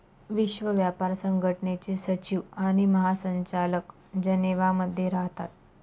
विश्व व्यापार संघटनेचे सचिव आणि महासंचालक जनेवा मध्ये राहतात